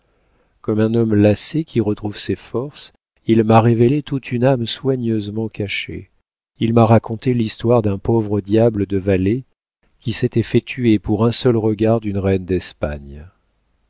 comme un homme lassé qui retrouve ses forces il m'a révélé toute une âme soigneusement cachée il m'a raconté l'histoire d'un pauvre diable de valet qui s'était fait tuer pour un seul regard d'une reine d'espagne